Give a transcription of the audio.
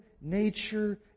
nature